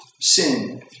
sin